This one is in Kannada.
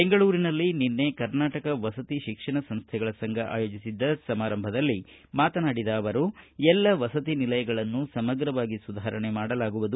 ಬೆಂಗಳೂರಿನಲ್ಲಿ ನಿನ್ನೆ ಕರ್ನಾಟಕ ವಸತಿ ಶಿಕ್ಷಣ ಸಂಸ್ಥೆಗಳ ಸಂಘ ಆಯೋಜಿಸಿದ್ದ ಸಮಾರಂಭದಲ್ಲಿ ಮಾತನಾಡಿದ ಅವರು ಎಲ್ಲ ವಸತಿ ನಿಲಯಗಳನ್ನು ಸಮಗ್ರವಾಗಿ ಸುಧಾರಣೆ ಮಾಡಲಾಗುವುದು